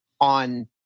on